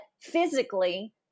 physically